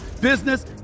business